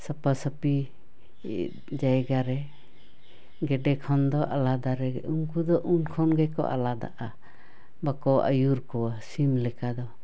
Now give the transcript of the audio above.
ᱥᱟᱯᱷᱟ ᱥᱟᱹᱯᱷᱤ ᱡᱟᱭᱜᱟ ᱨᱮ ᱜᱮᱰᱮ ᱠᱷᱚᱱ ᱫᱚ ᱟᱞᱟᱫᱟ ᱨᱮᱜᱮ ᱩᱱᱠᱩ ᱫᱚ ᱩᱱᱠᱷᱚᱱ ᱜᱮᱠᱚ ᱟᱞᱟᱫᱟᱜᱼᱟ ᱵᱟᱠᱚ ᱟᱹᱭᱩᱨ ᱠᱚᱣᱟ ᱥᱤᱢ ᱞᱮᱠᱟ ᱫᱚ